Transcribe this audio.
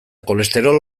kolesterol